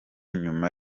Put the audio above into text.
nyuma